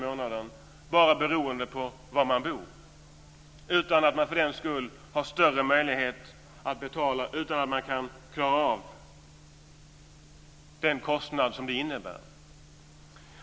Detta är bara beroende på var man bor, utan att man för den skull har större möjlighet att betala och utan att man kan klara av den kostnad som skatten innebär.